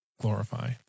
glorify